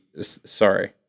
Sorry